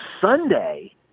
Sunday